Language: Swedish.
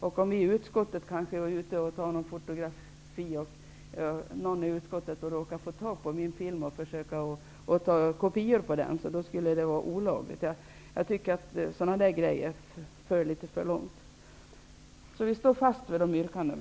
Om utskottet är ute och jag tar några fotografier och någon i utskottet råkar få tag i filmen och gör kopior av den, skulle det vara olagligt. Jag tycker att det vore litet för långtgående. Jag står fast vid våra yrkanden.